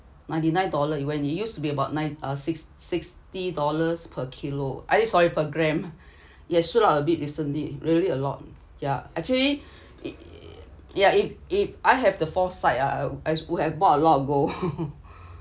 ninety nine dollar when you used to be about nine uh six sixty dollars per kilo uh sorry per gram it shoot up a bit recently really a lot yeah actually it yeah if if I have the foresight ah I would bought a lot of gold